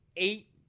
Eight